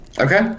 Okay